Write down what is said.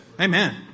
Amen